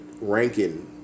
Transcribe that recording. ranking